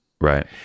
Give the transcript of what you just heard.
Right